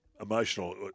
emotional